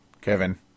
Kevin